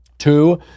Two